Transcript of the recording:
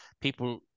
people